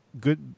good